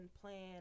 plan